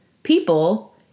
people